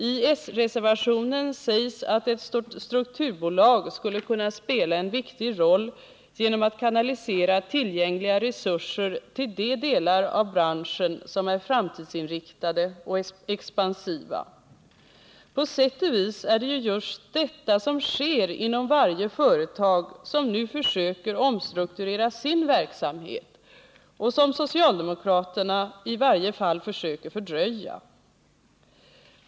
I s-reservationen sägs att ett strukturbolag skulle kunna spela en viktig roll genom att kanalisera tillgängliga resurser till de delar av branschen som är framtidsinriktade och expansiva. På sätt och vis är det just detta som sker inom varje företag som nu försöker omstrukturera sin verksamhet och som socialdemokraterna i varje fall försöker fördröja.